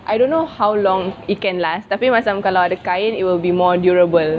I don't know how long it can last tapi macam kalau ada kain it will be more durable